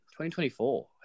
2024